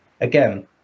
Again